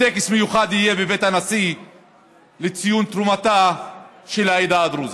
וטקס מיוחד יהיה בבית הנשיא לציון תרומתה של העדה הדרוזית.